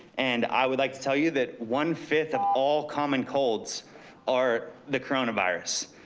and i would like to tell you that one fifth of all common colds are the coronavirus.